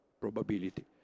probability